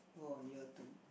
go on year two